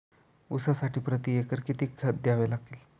ऊसासाठी प्रतिएकर किती खत द्यावे लागेल?